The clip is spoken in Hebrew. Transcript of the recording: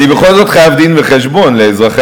אני בכל זאת חייב דין-וחשבון לאזרחי